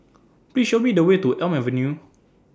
Please Show Me The Way to Elm Avenue